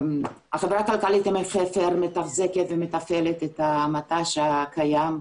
החברה הכלכלית עמק חפר מתחזקת ומתפעלת את המט"ש הקיים,